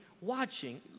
watching